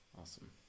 Awesome